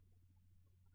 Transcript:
professor Arun K